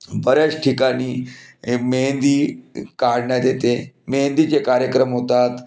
बऱ्याच ठिकाणी मेहेंदी काढण्यात येते मेहेंदीचे कार्यक्रम होतात